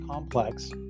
complex